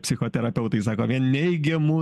psichoterapeutai sako vien neigiamų